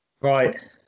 right